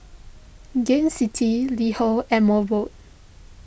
Gain City LiHo and Mobot